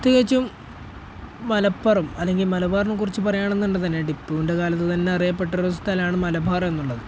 പ്രത്യേകിച്ചും മലപ്പുറം അല്ലെങ്കിൽ മലബാറിനെക്കുറിച്ച് പറയുകയാണെന്നുണ്ടെങ്കിൽതന്നെ ടിപ്പുവിൻ്റെ കാലത്തുതന്നെ അറിയപ്പെട്ടൊരു സ്ഥലമാണ് മലബാർ എന്നുള്ളത്